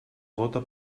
gota